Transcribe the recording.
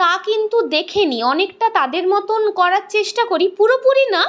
তা কিন্তু দেখে নিই অনেকটা তাদের মতন করার চেষ্টা করি পুরোপুরি না